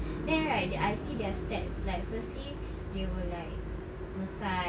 then right I see their steps like firstly they will like massage